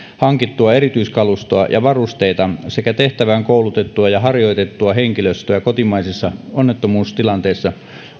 hankittua erityiskalustoa ja varusteita sekä tehtävään koulutettua ja harjoitettua henkilöstöä kotimaisissa onnettomuustilanteissa